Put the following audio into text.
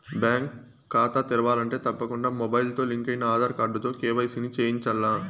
bank కాతా తెరవాలంటే తప్పకుండా మొబయిల్తో లింకయిన ఆదార్ కార్డుతో కేవైసీని చేయించాల్ల